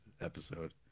episode